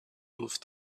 move